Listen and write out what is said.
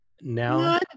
now